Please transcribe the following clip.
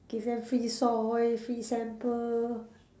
give them free soil free sample